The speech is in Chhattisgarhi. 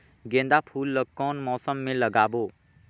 गेंदा फूल ल कौन मौसम मे लगाबो?